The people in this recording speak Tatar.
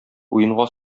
уенга